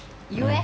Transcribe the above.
you leh